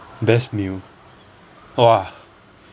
best meal !wah!